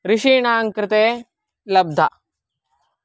ऋषीणाङ्कृते लब्धा